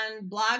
Blog